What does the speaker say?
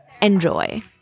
Enjoy